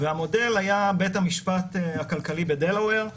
והמודל היה בית המשפט הכלכלי בדלוואר,